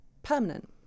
Permanent